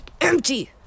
empty